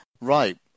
right